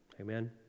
Amen